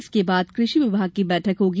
इसके बाद कृषि विभाग की बैठक होगी